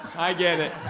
i get it!